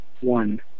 one